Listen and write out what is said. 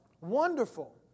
wonderful